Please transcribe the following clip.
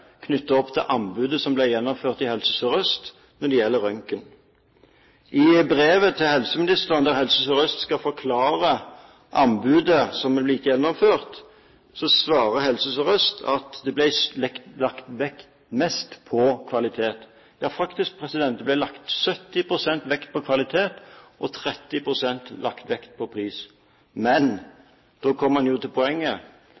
anbudet som ble gjennomført i Helse Sør-Øst. I brevet til helseministeren der Helse Sør-Øst skal forklare anbudet som er blitt gjennomført, svarer Helse Sør-Øst at det ble lagt mest vekt på kvalitet. Det ble faktisk lagt 70 pst. vekt på kvalitet og 30 pst. vekt på pris.